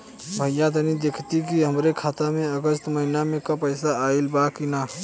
भईया तनि देखती की हमरे खाता मे अगस्त महीना में क पैसा आईल बा की ना?